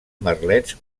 merlets